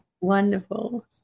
wonderful